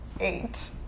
eight